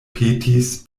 petis